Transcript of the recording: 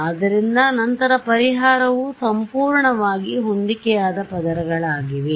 ಆದ್ದರಿಂದ ನಂತರ ಪರಿಹಾರವು ಸಂಪೂರ್ಣವಾಗಿ ಹೊಂದಿಕೆಯಾದ ಪದರಗಳಾಗಿವೆ